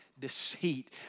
deceit